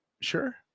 sure